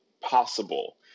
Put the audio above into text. possible